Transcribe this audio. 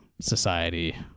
society